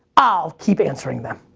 i'll keep answering them.